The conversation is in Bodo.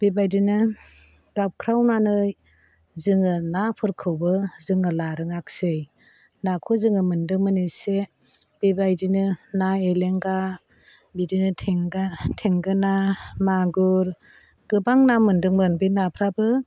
बेबादिनो गाबख्रावनानै जोङो नाफोरखौबो जोङो लारोङासै नाखौ जोङो मोनदोंमोन एसे बेबादिनो ना एलेंगा बिदिनो थेंगा थेंगोना मागुर गोबां ना मोनदोंमोन बे नाफ्राबो